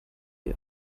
die